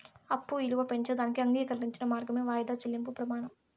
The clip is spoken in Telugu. అప్పు ఇలువ పెంచేదానికి అంగీకరించిన మార్గమే వాయిదా చెల్లింపు ప్రమానం